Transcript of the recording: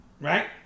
Right